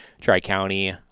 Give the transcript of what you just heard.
Tri-County